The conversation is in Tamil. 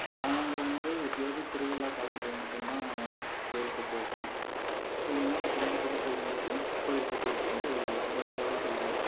நாங்கள் வந்து எப்போயாவது திருவிழா காலங்களில் மட்டுந்தான் கோயிலுக்கு போவோம் இல்லைனா குடும்பத்தோட போகும்போது கோயிலுக்கு போய்ட்டு வழிபாடு செய்வோம்